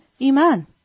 Iman